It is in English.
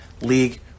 League